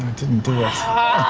didn't do